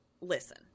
listen